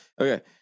Okay